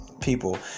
people